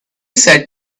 said